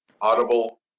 audible